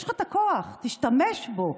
יש לך את הכוח, תשתמש בו.